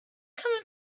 come